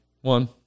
One